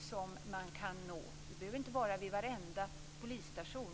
som det går att nå. Den behöver inte finnas på varenda polisstation.